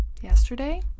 yesterday